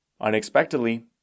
unexpectedly